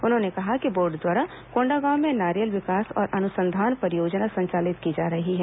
उन्होंने कहा कि बोर्ड द्वारा कोंडागांव में नारियल विकास और अनुसंधान परियोजना संचालित की जा रही है